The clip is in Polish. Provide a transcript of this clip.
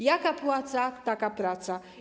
Jaka płaca, taka praca.